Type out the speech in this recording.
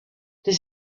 les